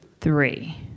three